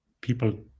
people